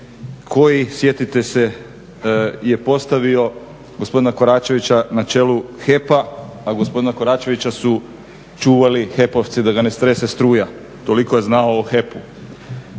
koji sjetite se je postavio gospodina Koračevića na čelu HEP-a gospodina Koračevića ću čuvali HEP-ovci da ga ne strese struja, toliko je znao o HEP-u.